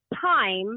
time